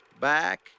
Back